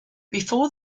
before